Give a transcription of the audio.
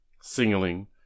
Singling